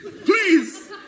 Please